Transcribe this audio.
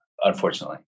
unfortunately